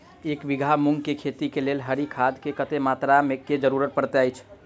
एक बीघा मूंग केँ खेती केँ लेल हरी खाद केँ कत्ते मात्रा केँ जरूरत पड़तै अछि?